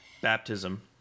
baptism